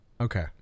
Okay